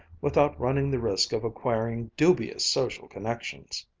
without running the risk of acquiring dubious social connections.